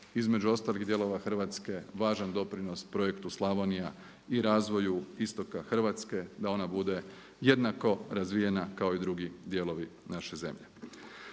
između ostalih dijelova Hrvatske važan doprinos projektu Slavonija i razvoju istoka Hrvatske da ona bude jednako razvijena kao i drugi dijelovi naše zemlje.